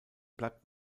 bleibt